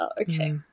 okay